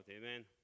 Amen